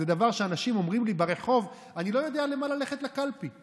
אנשים אומרים לי ברחוב: אני לא יודע למה ללכת לקלפי.